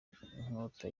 inkota